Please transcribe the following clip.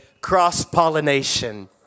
cross-pollination